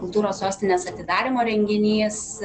kultūros sostinės atidarymo renginys